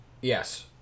Yes